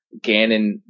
Ganon